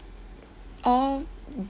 all